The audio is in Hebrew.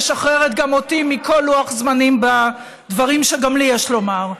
משחרר גם אותי מכל לוח זמנים בדברים שגם לי יש לומר.